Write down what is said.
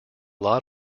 lot